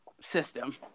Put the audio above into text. system